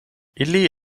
ili